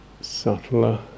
subtler